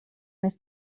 més